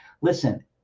listen